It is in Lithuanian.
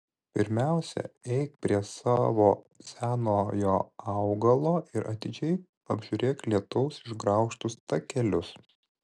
pirmiausia eik prie savo senojo augalo ir atidžiai apžiūrėk lietaus išgraužtus takelius